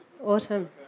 Autumn